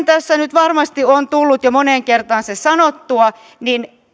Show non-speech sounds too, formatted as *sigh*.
*unintelligible* tässä nyt varmasti on tullut jo moneen kertaan se sanottua niin